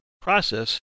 process